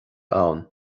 ann